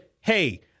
Hey